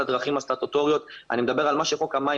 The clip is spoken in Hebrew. על הדרכים הסטטוטוריות אלא אני מדבר על מה שחוק המים